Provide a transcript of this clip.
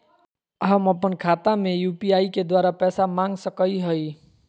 हम अपन खाता में यू.पी.आई के द्वारा पैसा मांग सकई हई?